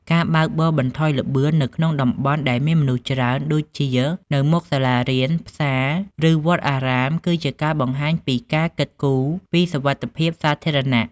ការបើកបរបន្ថយល្បឿននៅក្នុងតំបន់ដែលមានមនុស្សច្រើនដូចជានៅមុខសាលារៀន ផ្សារ ឬវត្តអារាមគឺជាការបង្ហាញពីការគិតគូរពីសុវត្ថិភាពសាធារណៈ។